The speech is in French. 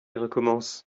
recommence